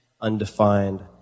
undefined